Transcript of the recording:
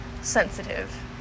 sensitive